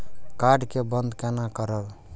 Card के बन्द केना करब?